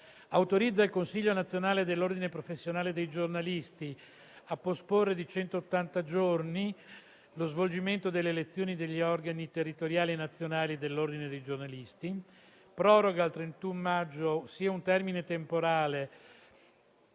autorizza il Consiglio nazionale dell'ordine professionale dei giornalisti a posporre di centottanta giorni lo svolgimento delle elezioni degli organi territoriali e nazionali dell'ordine dei giornalisti; proroga al 31 maggio sia il termine temporale